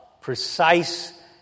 precise